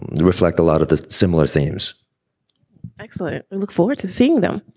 reflect a lot of the similar themes excellent. we look forward to seeing them.